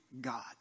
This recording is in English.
God